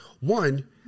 one